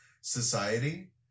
society